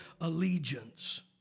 allegiance